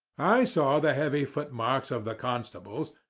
i saw the heavy footmarks of the constables,